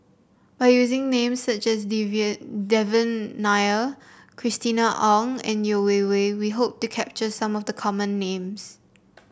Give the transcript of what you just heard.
by using names such as Devan Nair Christina Ong and Yeo Wei Wei we hope to capture some of the common names